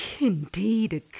Indeed